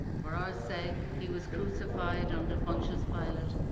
for our sake he was crucified under pontius pilate,